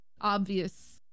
obvious